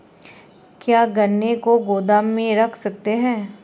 क्या गन्ने को गोदाम में रख सकते हैं?